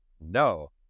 No